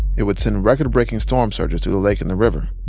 it would send record-breaking storm surges through the lake and the river.